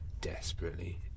desperately